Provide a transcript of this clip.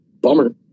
bummer